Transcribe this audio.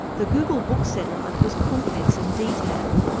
the google book settlement was complex and detailed,